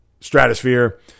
stratosphere